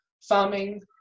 farming